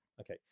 Okay